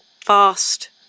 fast